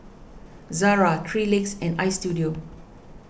Zara three Legs and Istudio